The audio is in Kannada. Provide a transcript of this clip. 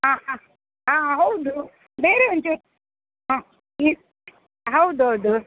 ಹಾಂ ಹಾಂ ಹಾಂ ಹೌದು ಬೇರೆ ಒಂಚೂರು ಹಾಂ ಪ್ಲೀಸ್ ಹೌದೌದು